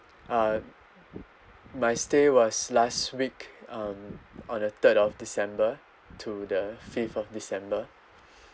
uh my stay was last week um on the third of december to the fifth of december